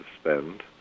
spend